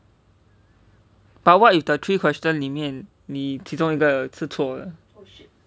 but what if the three question 里面你其中一个是错的